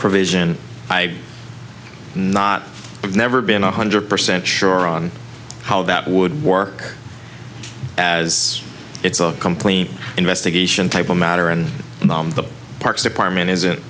provision i've not never been one hundred percent sure on how that would work as it's a complain investigation type of matter and the parks department isn't